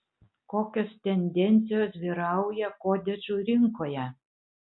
kokios tendencijos vyrauja kotedžų rinkoje